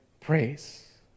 praise